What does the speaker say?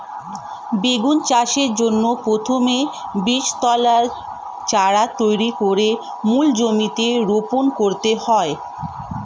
বেগুন চাষের জন্য প্রথমে বীজতলায় চারা তৈরি করে মূল জমিতে রোপণ করতে হয়